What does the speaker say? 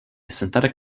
synthetic